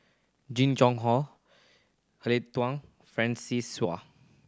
Jing Jun Hong Eleanor Wong Francis Seow